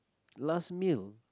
last meal